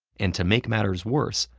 and to make matters worse,